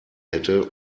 hätte